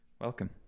Welcome